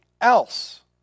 else